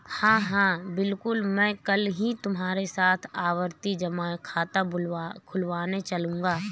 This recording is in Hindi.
हां हां बिल्कुल मैं कल ही तुम्हारे साथ आवर्ती जमा खाता खुलवाने चलूंगा